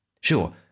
Sure